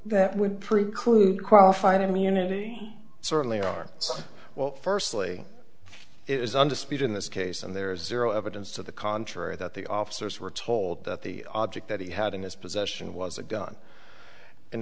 that would prove klute qualified immunity certainly are well firstly it is undisputed in this case and there is zero evidence to the contrary that the officers were told that the object that he had in his possession was a gun in